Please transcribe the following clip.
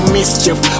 mischief